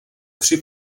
při